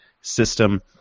system